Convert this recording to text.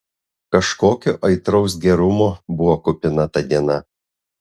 kažkokio aitraus gerumo buvo kupina ta diena